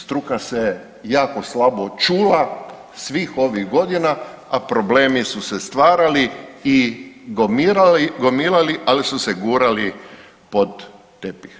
Struka se jako slabo čula svih ovih godina, a problemi su se stvarali i gomilali ali su se gurali pod tepih.